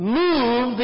move